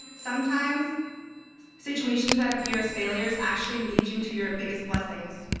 sometimes situations that appear as failures actually lead you to your biggest blessings.